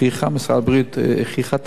משרד הבריאות הוכיח את עצמו,